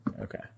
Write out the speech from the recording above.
Okay